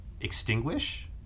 extinguish